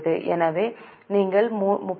எனவே நீங்கள் 36